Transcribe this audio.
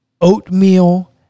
oatmeal